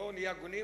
בואו נהיה הגונים,